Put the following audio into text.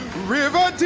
river